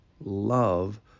love